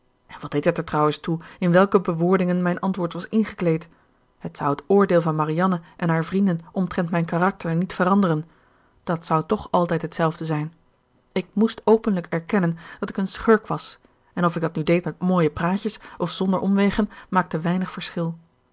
en wat deed het er trouwens toe in welke bewoordingen mijn antwoord was ingekleed het zou het oordeel van marianne en hare vrienden omtrent mijn karakter niet veranderen dat zou toch altijd hetzelfde zijn ik moest openlijk erkennen dat ik een schurk was en of ik dat nu deed met mooie praatjes of zonder omwegen maakte weinig verschil